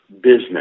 business